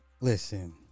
Listen